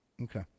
okay